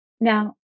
Now